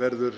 verður